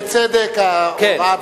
ברור כשמש, ובצדק ההוראה, כן.